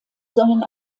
sollen